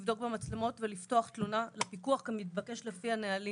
לבדוק במצלמות ולפתוח תלונה לפיקוח כמתבקש לפי הנהלים.